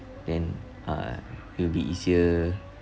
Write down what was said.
then uh it will be easier